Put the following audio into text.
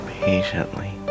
patiently